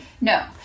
No